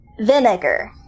vinegar